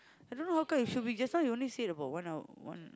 I don't know how come he should be just now you only said about one hour one